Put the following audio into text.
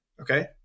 okay